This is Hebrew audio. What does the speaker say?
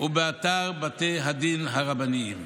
ובאתר בתי הדין הרבניים.